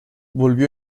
volvió